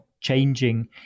changing